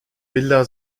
villa